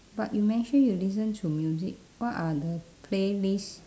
but you mention you listen to music what are the playlist